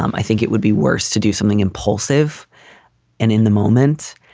um i think it would be worse to do something impulsive and in the moment.